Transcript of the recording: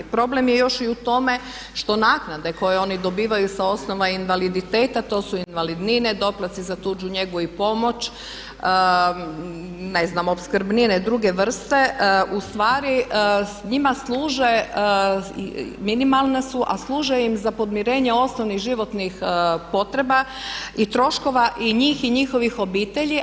Problem je još i u tome što naknade koje oni dobivaju sa osoba invaliditeta, to su invalidnine, doplatci za tuđu njegu i pomoć, ne znam opskrbnine druge vrste, ustvari njima služe, minimalne su a služe im za podmirenje osnovnih životnih potreba i troškova i njih i njihovih obitelji.